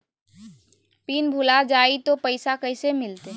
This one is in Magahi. पिन भूला जाई तो पैसा कैसे मिलते?